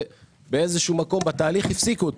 ובאיזשהו מקום בתהליך הפסיקו אותו.